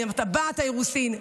את טבעת האירוסין.